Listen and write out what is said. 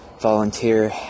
volunteer